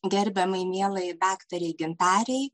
gerbiamai mielai daktarei gintarei